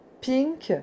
pink